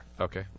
Okay